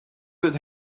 that